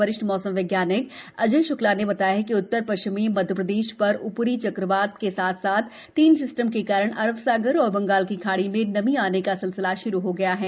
वरिष्ठ मौसम वैज्ञानिक अजय श्क्ला ने बताया कि उत्तर श्चिमी मध्यप्रदेश र ऊ री हवा का चक्रवात के साथ साथ तीन सिस्टम के कारण अरब सागर और बंगाल की खाड़ी से नमी आने का सिलसिला श्रू हो गया है